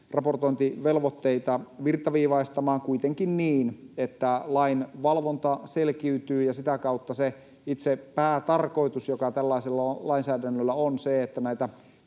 raportointivelvoitteita virtaviivaistamaan, kuitenkin niin, että selkiytyy lainvalvonta ja sitä kautta se itse päätarkoitus, joka tällaisella lainsäädännöllä on se, että näitä